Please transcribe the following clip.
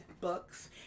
books